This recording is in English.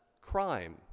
crime